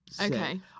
Okay